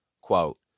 Quote